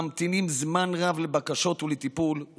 וממתינים זמן רב לבקשות ולטיפול.